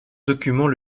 document